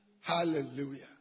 hallelujah